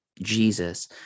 jesus